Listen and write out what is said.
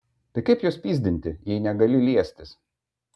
tai kaip juos pyzdinti jei negali liestis